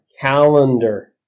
calendar